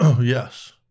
Yes